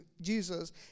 Jesus